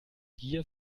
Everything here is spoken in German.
gier